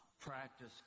practice